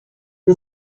ten